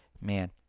man